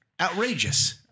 Outrageous